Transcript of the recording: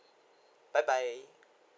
bye bye